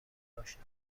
اشنا